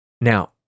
Now